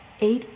eight